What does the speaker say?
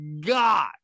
God